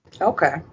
Okay